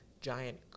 giant